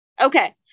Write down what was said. Okay